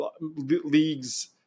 leagues